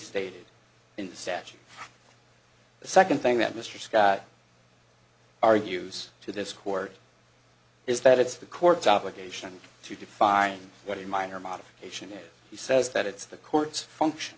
state in the statute the second thing that mr scott argues to this court is that it's the court's obligation to define what a minor modification is he says that it's the court's function